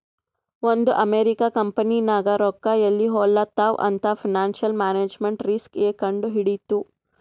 ಒಂದ್ ಅಮೆರಿಕಾ ಕಂಪನಿನಾಗ್ ರೊಕ್ಕಾ ಎಲ್ಲಿ ಹೊಲಾತ್ತಾವ್ ಅಂತ್ ಫೈನಾನ್ಸಿಯಲ್ ಮ್ಯಾನೇಜ್ಮೆಂಟ್ ರಿಸ್ಕ್ ಎ ಕಂಡ್ ಹಿಡಿತ್ತು